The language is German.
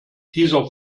dieser